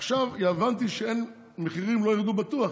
עכשיו הבנתי שהמחירים לא ירדו בטוח,